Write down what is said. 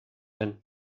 and